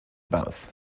mouth